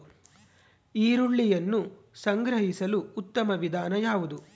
ಈರುಳ್ಳಿಯನ್ನು ಸಂಗ್ರಹಿಸಲು ಉತ್ತಮ ವಿಧಾನ ಯಾವುದು?